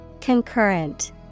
Concurrent